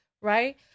Right